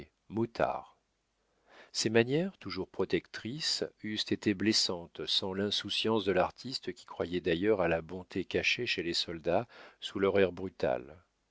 moutard ses manières toujours protectrices eussent été blessantes sans l'insouciance de l'artiste qui croyait d'ailleurs à la bonté cachée chez les soldats sous leur air brutal